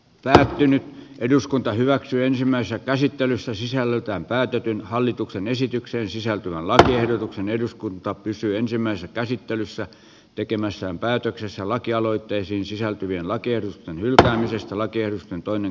lähdin nyt eduskunta hyväksyy ensimmäistä käsittelyssä sisällöltään päätetyn hallituksen esitykseen sisältyvän lakiehdotuksen eduskunta pysyi ensimmäisen käsittelyssä tekemässään päätöksessä lakialoitteisiin sisältyvien lakien hylkäämisestä lakers on toinen